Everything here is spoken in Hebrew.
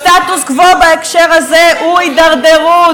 סטטוס-קוו בהקשר הזה הוא הידרדרות,